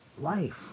Life